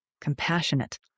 compassionate